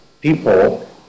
people